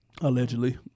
Allegedly